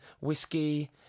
whiskey